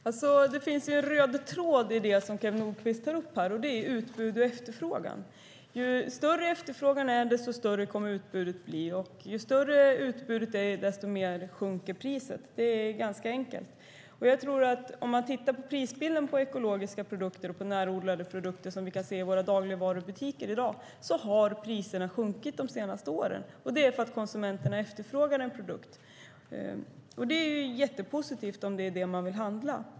Fru talman! Det finns en röd tråd i det som Kew Nordqvist tar upp här, och det är utbud och efterfrågan. Ju större efterfrågan är desto större kommer utbudet att bli, och ju större utbudet är desto mer sjunker priset. Det är ganska enkelt. Om man tittar på prisbilden på ekologiska och närodlade produkter som finns i våra dagligvarubutiker i dag ser man att priserna har sjunkit de senaste åren. Det är för att konsumenterna efterfrågar sådana produkter. Det är jättepositivt om det är det man vill handla.